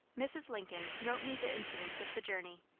mrs. lincoln wrote me the incidents of the journey,